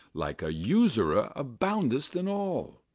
like a usurer, abound'st in all,